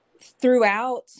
throughout